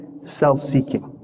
self-seeking